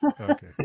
Okay